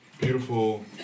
beautiful